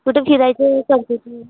कुठं फिरायचं आहे समजत नाही